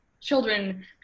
children